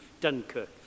Dunkirk